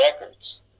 records